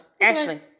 Ashley